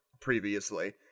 previously